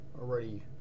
already